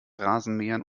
rasenmähern